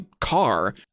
car